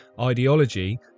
ideology